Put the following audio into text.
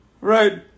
Right